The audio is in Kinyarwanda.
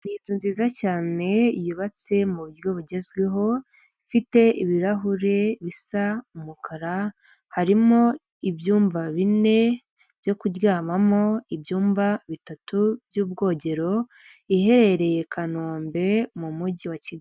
Inzu nziza cyane yubatse mu buryo bugezweho ifite ibirahure bisa umukara harimo ibyumba bine byo kuryamamo, ibyumba bitatu by'ubwogero iherereye Kanombe mu mujyi wa Kigali.